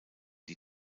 die